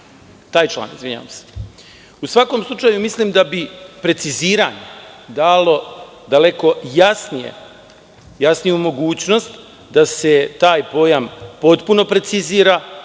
taj član. U svakom slučaju, mislim da bi preciziranje dalo daleko jasniju mogućnost da se taj pojam potpuno precizira.